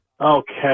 Okay